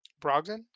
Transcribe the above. Brogdon